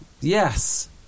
yes